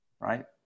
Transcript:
Right